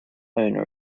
owner